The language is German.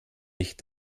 nicht